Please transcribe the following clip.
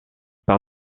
par